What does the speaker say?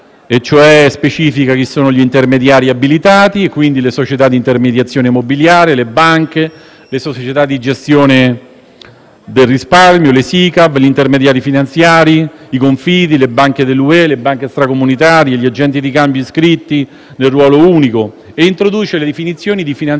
legge, specificando chi sono gli intermediari abilitati (società di intermediazione mobiliare, banche, società di gestione del risparmio, SICAV, intermediari finanziari, confidi, banche della UE, banche extracomunitarie, agenti di cambio iscritti nel ruolo unico) e introduce inoltre le definizioni di finanziamento,